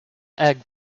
egg